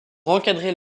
encadrer